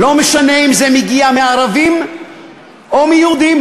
לא משנה אם זה מגיע מערבים או מיהודים.